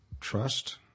trust